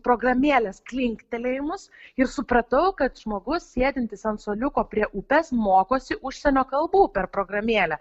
programėlės klinktelėjimus ir supratau kad žmogus sėdintis ant suoliuko prie upės mokosi užsienio kalbų per programėlę